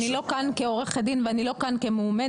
אני לא כאן כעורכת דין ואני לא כאן כמועמדת,